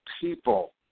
people